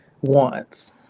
wants